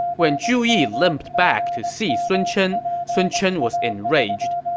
when zhu yi limped back to see sun chen, sun chen was enraged.